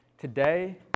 Today